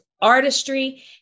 artistry